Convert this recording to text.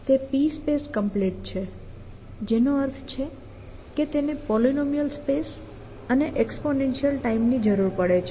તે PSPACE COMPLETE છે જેનો અર્થ છે કે તેને પોલીનોમિયલ સ્પેસ અને એક્સપોનેન્શીઅલ ટાઈમ ની જરૂર પડે છે